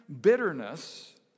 bitterness